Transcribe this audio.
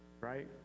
right